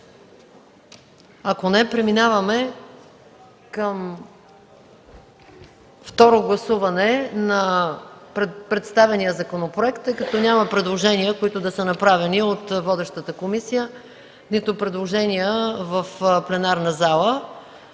Ако не, преминаваме към второ гласуване на представения законопроект, тъй като няма предложения, които да са направени от водещата комисия, нито са направени предложения в пленарната зала.